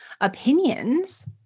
opinions